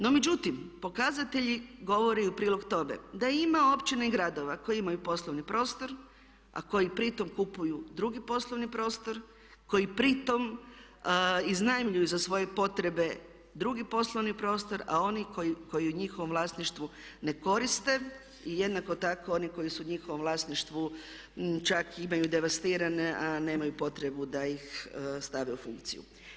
No međutim, pokazatelji govore u prilog tome da ima općina i gradova koji imaju poslovni prostor a koji pritom kupuju drugi poslovni prostor, koji pritom iznajmljuju za svoje potrebe drugi poslovni prostor a oni koji u njihovom vlasništvu ne koriste i jednako tako oni koji su njihovom vlasništvu čak imaju devastirane a nemaju potrebu da ih stave u funkciju.